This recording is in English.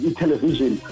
television